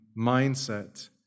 mindset